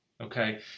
Okay